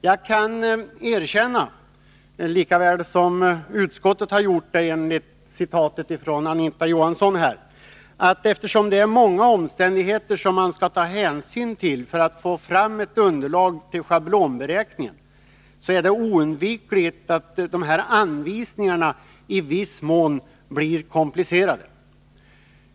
Jag kan erkänna — lika väl som utskottet har gjort enligt det citat Anita Johansson anförde — att eftersom det Nr 112 är många omständigheter som man skall ta hänsyn till för att få fram ett Onsdagen den underlag för schablonberäkningar, är det oundvikligt att anvisningarna i viss — 27 mars 1982 mån blir komplicerade.